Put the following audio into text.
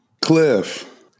Cliff